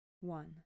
one